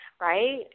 right